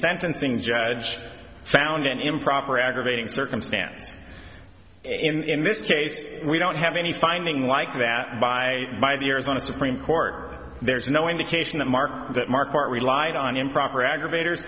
sentencing judge found an improper aggravating circumstance in this case we don't have any finding like that by by the arizona supreme court there's no indication that mark that mark court relied on improper aggravat